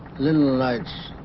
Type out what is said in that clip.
little lights